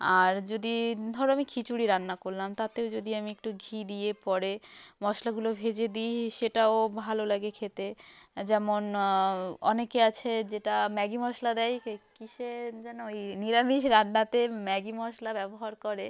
আর যদি ধরো আমি খিচুড়ি রান্না করলাম তাতেও যদি আমি একটু ঘি দিয়ে পরে মশলাগুলো ভেজে দিই সেটাও ভালো লাগে খেতে যেমন অনেকে আছে যেটা ম্যাগি মশলা দেয় কী কীসে যেন ওই নিরামিষ রান্নাতে ম্যাগি মশলা ব্যবহার করে